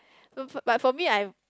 but for me I